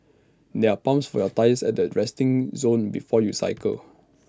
there are pumps for your tyres at the resting zone before you cycle